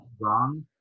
wrong